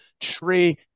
tree